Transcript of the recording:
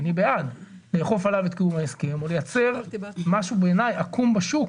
ואני בעד את קיום ההסכם או לייצר משהו שבעיניי עקום בשוק